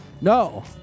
no